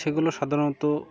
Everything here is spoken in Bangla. সেগুলো সাধারণত